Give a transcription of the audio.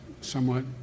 somewhat